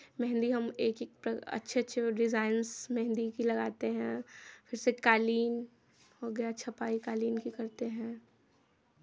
मेहंदी हम एक एक अच्छे अच्छे डिज़ाइन्स मेहन्दी की लगाते हैं फिर से कालीन हो गया छपाई कालीन की करते हैं